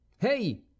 Hey